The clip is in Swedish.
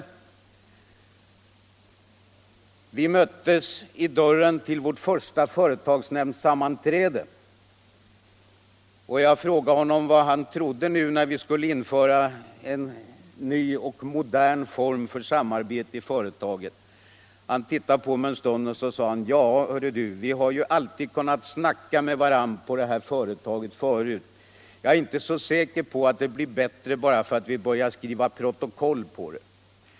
När vi möttes på väg in till det första företagsnämndssammanträdet frågade jag honom vad han trodde när vi nu skulle införa en ny och modern form för samarbete i företaget. Han tittade på mig en stund och så sade han: Ja, hör du du, vi har ju alltid kunnat snacka på det här företaget förut. Jag är inte så säker på att det blir bättre bara för att vi börjar skriva protokoll på det.